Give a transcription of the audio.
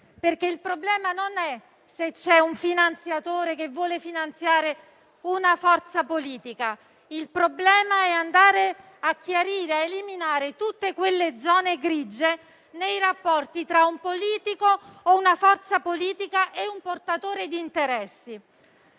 Il problema non è se c'è un finanziatore che vuole sovvenzionare una forza politica: il problema è andare a chiarire e a eliminare tutte quelle zone grigie nei rapporti tra un politico o una forza politica e un portatore di interessi.